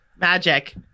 Magic